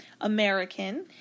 American